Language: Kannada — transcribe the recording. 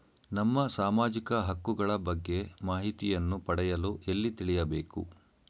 ನಮ್ಮ ಸಾಮಾಜಿಕ ಹಕ್ಕುಗಳ ಬಗ್ಗೆ ಮಾಹಿತಿಯನ್ನು ಪಡೆಯಲು ಎಲ್ಲಿ ತಿಳಿಯಬೇಕು?